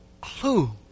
clue